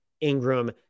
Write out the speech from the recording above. Ingram